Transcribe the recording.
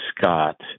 Scott